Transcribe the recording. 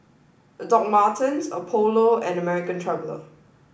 Martens Apollo and American Traveller